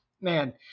man –